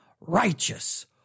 righteous